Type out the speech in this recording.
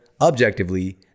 Objectively